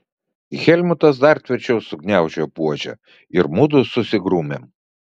helmutas dar tvirčiau sugniaužė buožę ir mudu susigrūmėm